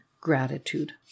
gratitude